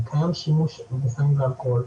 קיים שימוש בסמים ואלכוהול.